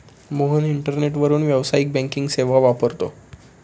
मोहन इंटरनेटवरून व्यावसायिक बँकिंग सेवा वापरतो